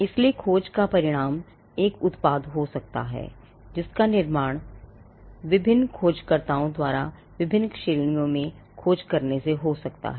इसलिए खोज का परिणाम एक उत्पाद हो सकता है जिसका निर्माण विभिन्न खोजकर्ताओं द्वारा विभिन्न श्रेणियों में खोज करने हो सकता है